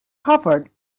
covered